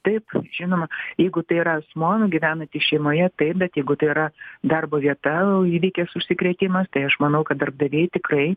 taip žinoma jeigu tai yra asmuo gyvenantis šeimoje taip bet jeigu tai yra darbo vieta įvykęs užsikrėtimas tai aš manau kad darbdaviai tikrai